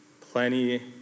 plenty